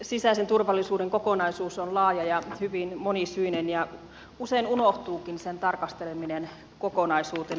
sisäisen turvallisuuden kokonaisuus on laaja ja hyvin monisyinen ja usein unohtuukin sen tarkasteleminen kokonaisuutena